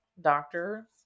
doctor